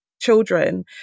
children